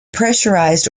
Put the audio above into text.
pressurized